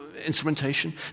Instrumentation